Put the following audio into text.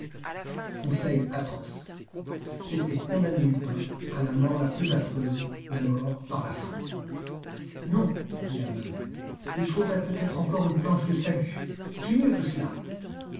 conseil atroce c'était condamner lupin à la mort la plus affreuse la mort par la faim non dit la veuve il trouverait peut-être encore une planche de salut j'ai mieux que cela